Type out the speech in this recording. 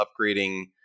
upgrading